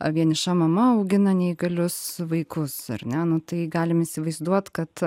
vieniša mama augina neįgalius vaikus ar ne nu tai galim įsivaizduot kad